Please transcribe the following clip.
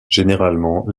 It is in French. généralement